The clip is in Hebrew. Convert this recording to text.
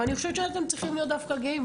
ואני חושבת שאתם צריכים להיות דווקא גאים.